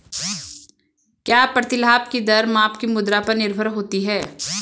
क्या प्रतिलाभ की दर माप की मुद्रा पर निर्भर होती है?